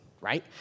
right